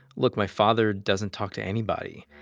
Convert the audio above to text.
look, my father doesn't talk to anybody.